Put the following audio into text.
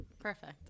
Perfect